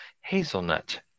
hazelnut